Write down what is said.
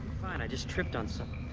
fine, i just tripped on so